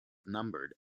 numbered